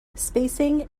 spacing